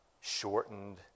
shortened